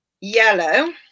yellow